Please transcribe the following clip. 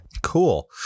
Cool